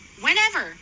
whenever